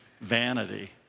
Vanity